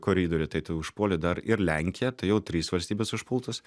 koridorių tai tu užpuoli dar ir lenkiją tai jau trys valstybės užpultos